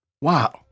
wow